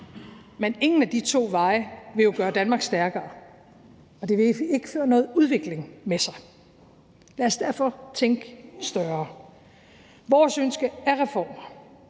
Men ingen af de to veje vil jo gøre Danmark stærkere, og det vil ikke føre noget udvikling med sig. Lad os derfor tænke større. Vores ønske er reformer.